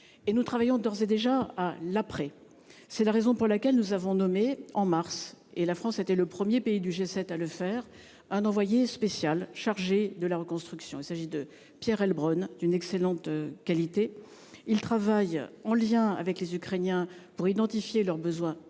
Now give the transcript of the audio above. et nous travaillons d'ores et déjà à l'après. C'est la raison pour laquelle nous avons nommé en mars et la France était le 1er pays du G7 à le faire. Un envoyé spécial chargé de la reconstruction. Il s'agit de Pierre Heilbronn d'une excellente qualité. Il travaille en lien avec les Ukrainiens pour identifier leurs besoins prioritaires